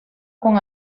con